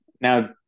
Now